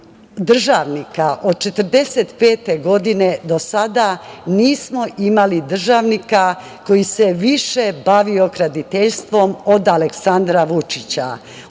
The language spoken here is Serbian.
državnika, od 1945. godine do sada nismo imali državnika koji se više bavio graditeljstvom od Aleksandra Vučića. Od